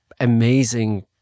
amazing